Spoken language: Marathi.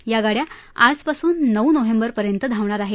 या गाड्या आजपासून नऊ नोव्हेंबर पर्यंत धावणार आहेत